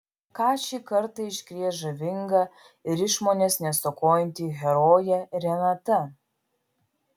ką šį kartą iškrės žavinga ir išmonės nestokojanti herojė renata